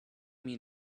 mean